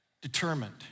Determined